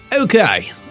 okay